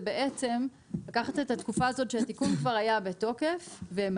זה לקחת את התקופה שבה התיקון כבר היה בתוקף והם